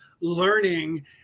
learning